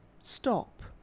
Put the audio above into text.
stop